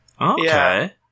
Okay